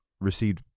received